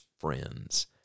friends